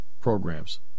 programs